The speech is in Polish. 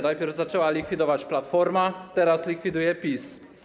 Najpierw zaczęła likwidować Platforma, teraz likwiduje PiS.